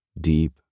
deep